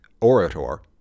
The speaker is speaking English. orator